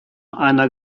einer